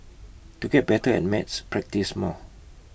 to get better at maths practise more